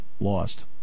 Lost